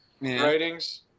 writings